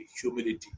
humility